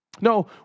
No